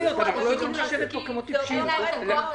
אנשים מתרסקים, אין להם את הכוח הזה.